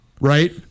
right